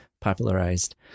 popularized